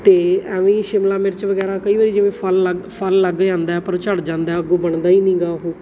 ਅਤੇ ਐਵੇਂ ਹੀ ਸ਼ਿਮਲਾ ਮਿਰਚ ਵਗੈਰਾ ਕਈ ਵਾਰੀ ਜਿਵੇਂ ਫਲ ਲੱਗ ਫਲ ਲੱਗ ਜਾਂਦਾ ਪਰ ਉਹ ਝੜ ਜਾਂਦਾ ਅੱਗੋਂ ਬਣਦਾ ਨੀਗਾ ਉਹ